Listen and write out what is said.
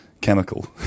chemical